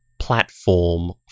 platform